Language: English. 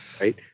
right